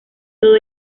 todo